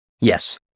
Yes